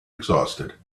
exhausted